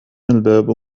الباب